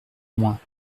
moins